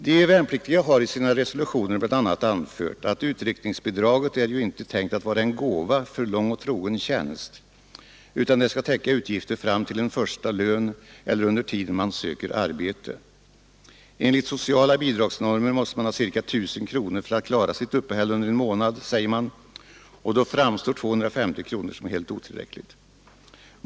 De värnpliktiga har i sina resolutioner bl.a. anfört att utryckningsbidraget ju inte är tänkt att vara en gåva för lång och trogen tjänst, utan det skall täcka utgifter fram till en första lön eller under tiden man söker arbete. Enligt sociala bidragsnormer måste man ha ca 1 000 kronor för att klara sitt uppehälle under en månad, säger man, och då framstår 250 kronor som helt otillräckligt.